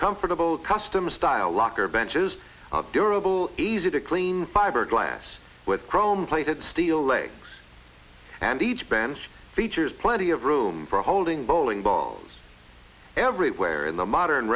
comfortable custom style locker benches durable easy to clean fiberglass with chrome plated steel legs and each bench features plenty of room for holding bowling balls everywhere in the modern